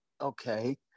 okay